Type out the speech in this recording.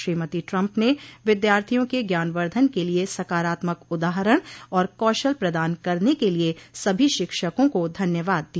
Shrimati Trump ने विद्यार्थियों के ज्ञानवर्द्वन के लिए सकारात्मक उदाहरण और कौशल प्रदान करने के लिए सभी शिक्षकों को धन्यवाद दिया